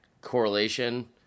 correlation